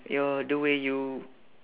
your the way you